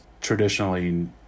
traditionally